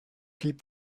keep